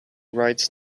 writes